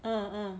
uh uh